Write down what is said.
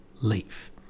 leaf